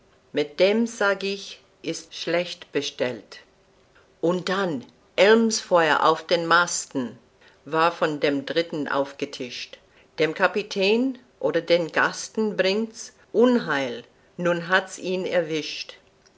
mit dem sag ich ist's schlecht bestellt und dann elmsfeuer auf den masten ward von dem dritten aufgetischt dem kapitän oder den gasten bringt's unheil nun hat's ihn erwischt